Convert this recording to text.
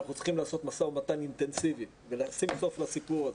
אנחנו צריכים לעשות משא ומתן אינטנסיבי ולשים סוף לסיפור הזה.